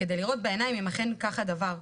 כדי לראות בעיניים אם אכן כך הדבר,